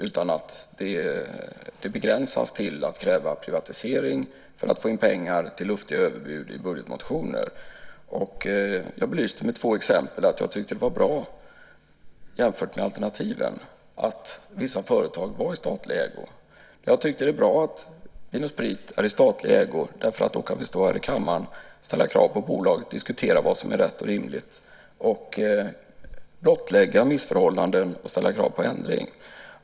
Intresset begränsas till att kräva privatisering för att få in pengar till luftiga överbud i budgetmotioner. Jag belyste med två exempel att jag tyckte att det jämfört med alternativen var bra att vissa företag var i statlig ägo. Jag tycker att det är bra att Vin & Sprit är i statlig ägo, därför att då kan vi stå här i kammaren, ställa krav på bolaget, diskutera vad som är rätt och rimligt, blottlägga missförhållanden och ställa krav på ändring.